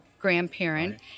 grandparent